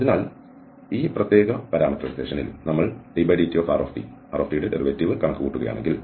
അതിനാൽ ഈ പ്രത്യേക പരാമെറ്ററൈസേഷൻൽ നമ്മൾ drtdtകണക്കുകൂട്ടുകയാണെങ്കിൽ